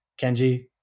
Kenji